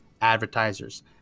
advertisers